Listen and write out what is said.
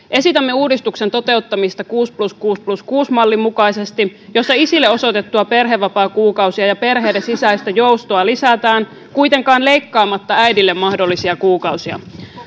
esitämme uudistuksen toteuttamista kuusi plus kuusi plus kuusi mallin mukaisesti jossa isille osoitettuja perhevapaakuukausia ja perheiden sisäistä joustoa lisätään kuitenkaan leikkaamatta äidille mahdollisia kuukausia